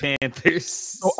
Panthers